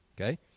okay